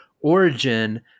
Origin